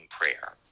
prayer